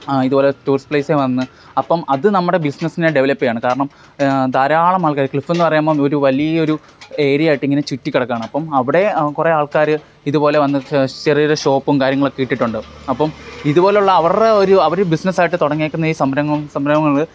ഇതുപോലെ ടൂറിസ്റ്റ് പ്ലേസിൽ വന്ന് അപ്പം അത് നമ്മുടെ ബിസിനസിനെ ഡെവലപ്പ് ചെയ്യുകയാണ് കാരണം ധാരാളം ആൾക്കാർ ക്ലിഫെന്ന് പറയുമ്പം ഒരു വലിയ ഒരു ഏരിയ ആയിട്ട് ഇങ്ങനെ ചുറ്റി കിടക്കുകയാണ് അപ്പം അവിടെ കുറേ ആൾക്കാർ ഇതുപോലെ വന്നു ചെറിയ ഒരു ഷോപ്പും കാര്യങ്ങളുമൊക്കെ ഇട്ടിട്ടുണ്ട് അപ്പം ഇതുപോലുള്ള അവരുടെ ഒരു അവർ ബിസിനസ്സായിട്ട് തുടങ്ങിയേക്കുന്ന ഈ സംരംഭം സംരംഭങ്ങൾ